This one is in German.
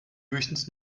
höchstens